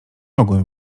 mogłem